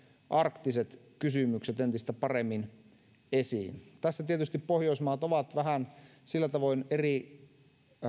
arktiset kysymykset entistä paremmin esiin tässä tietysti pohjoismaat ovat sillä tavoin vähän eri